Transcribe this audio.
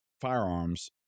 firearms